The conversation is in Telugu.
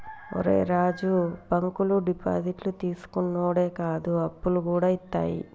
ఒరే రాజూ, బాంకులు డిపాజిట్లు తీసుకునుడే కాదు, అప్పులుగూడ ఇత్తయి